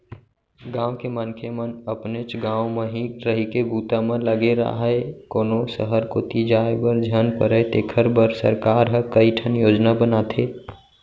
गाँव के मनखे मन अपनेच गाँव म ही रहिके बूता म लगे राहय, कोनो सहर कोती जाय बर झन परय तेखर बर सरकार ह कइठन योजना बनाथे